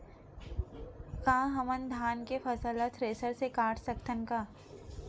का हमन धान के फसल ला थ्रेसर से काट सकथन का?